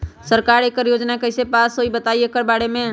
सरकार एकड़ योजना कईसे पास होई बताई एकर बारे मे?